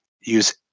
use